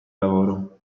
lavoro